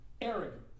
arrogant